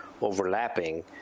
overlapping